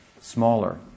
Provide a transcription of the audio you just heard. smaller